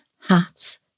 hats